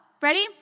Ready